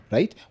Right